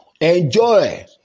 Enjoy